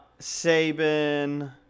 Saban